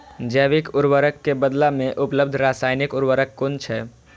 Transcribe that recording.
जैविक उर्वरक के बदला में उपलब्ध रासायानिक उर्वरक कुन छै?